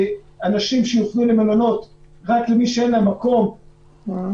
שונתה כך שיופנו למלונות רק מי שאין להם מקום בידוד,